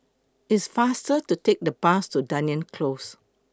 IT IS faster to Take The Bus to Dunearn Close